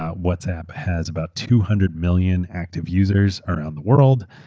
ah whatsapp has about two hundred million active users around the world.